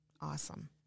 awesome